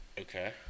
Okay